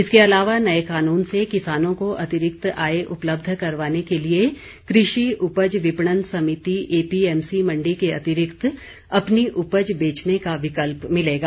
इसके अलावा नए कानून से किसानों को अतिरिक्त आय उपलब्ध करवाने के लिए कृषि उपज विपणन समिति एपीएमसी मण्डी के अतिरिक्त अपनी उपज बेचने का विकल्प मिलेगा